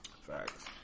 Facts